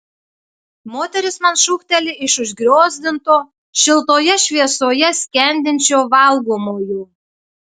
moteris man šūkteli iš užgriozdinto šiltoje šviesoje skendinčio valgomojo